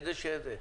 ראשית,